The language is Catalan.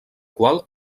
qual